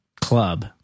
club